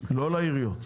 לא לעיריות.